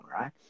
Right